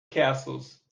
castles